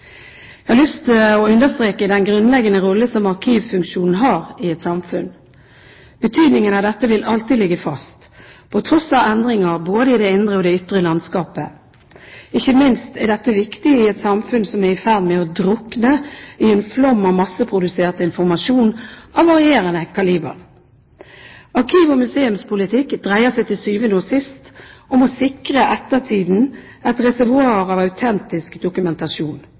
Jeg har lyst til å understreke den grunnleggende rolle som arkivfunksjonen har i et samfunn. Betydningen av dette vil alltid ligge fast, på tross av endringer både i det indre og det ytre landskapet. Ikke minst er dette viktig i et samfunn som er i ferd med å drukne i en flom av masseprodusert informasjon av varierende kaliber. Arkiv- og museumspolitikk dreier seg til syvende og sist om å sikre ettertiden et reservoar av autentisk dokumentasjon.